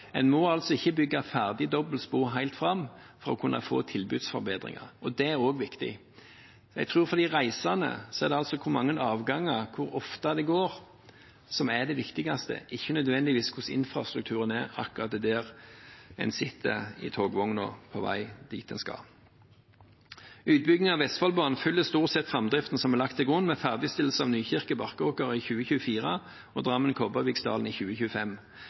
En må altså ikke bygge ferdig dobbeltspor helt fram for å kunne få tilbudsforbedringer, og det er også viktig. Jeg tror at for de reisende er det hvor mange avganger, hvor ofte de går, som er det viktigste, ikke nødvendigvis hvordan infrastrukturen er akkurat der en sitter i togvognen på vei dit en skal. Utbygging av Vestfoldbanen følger stort sett framdriften som er lagt til grunn, med ferdigstillelse av Nykirke–Barkåker i 2024 og Drammen–Kobbervikdalen i 2025.